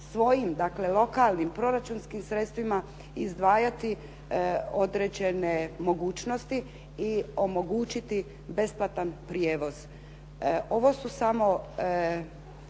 svojim, dakle lokalnim proračunskim sredstvima izdvajati određene mogućnosti i omogućiti besplatan prijevoz. Ovo su samo